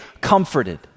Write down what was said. comforted